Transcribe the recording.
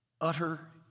utter